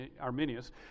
Arminius